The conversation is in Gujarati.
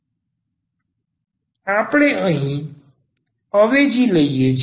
આપણે અહીં અવેજી લઈએ છીએ